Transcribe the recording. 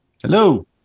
Hello